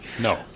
No